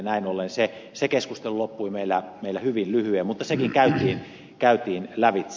näin ollen se keskustelu loppui meillä hyvin lyhyeen mutta sekin käytiin lävitse